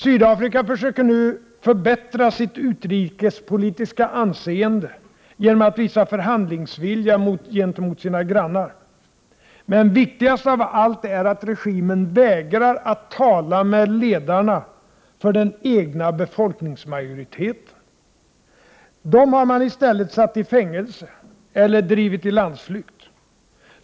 Sydafrika försöker nu förbättra sitt utrikespolitiska anseende, genom att visa förhandlingsvilja gentemot sina grannar. Men viktigast av allt är att regimen vägrar att tala med ledarna för den egna befolkningsmajoriteten. Dem har man i stället satt i fängelse eller drivit i landsflykt.